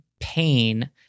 pain